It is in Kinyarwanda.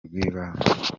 rw’ibanze